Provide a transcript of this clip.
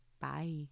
Bye